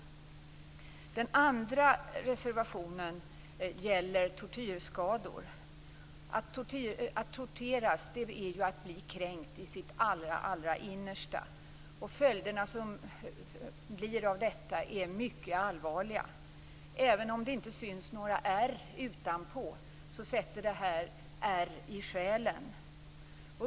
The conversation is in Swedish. Den andra reservationen gäller tortyrskador. Att torteras är ju att bli kränkt i sitt allra innersta, och följderna av detta är mycket allvarliga. Även om det inte syns några ärr utanpå sätter det här ärr i själen.